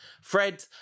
Fred